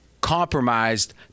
compromised